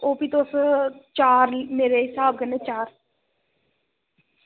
ओह् भी तुस चार मेरे स्हाब कन्नै चार